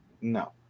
No